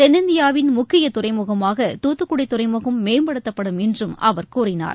தென்னிந்தியாவின் முக்கிய துறைமுகமாக தூத்துக்குடி துறைமுகம் மேம்படுத்தப்படும் என்றும் அவர் கூறினார்